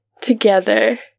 together